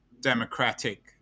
democratic